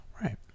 Right